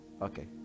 okay